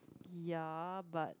yeah but